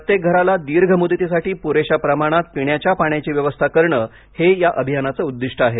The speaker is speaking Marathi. प्रत्येक घराला दीर्घ मुदतीच्या पुरेशा प्रमाणात पिण्याच्या पाण्याची व्यवस्था करणं हे अभियानाचं उद्दिष्ट आहे